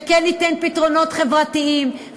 וכן ניתן פתרונות חברתיים,